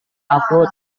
aku